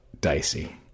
dicey